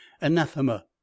anathema